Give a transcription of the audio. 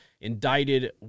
indicted